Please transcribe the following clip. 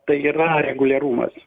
tai yra reguliarumas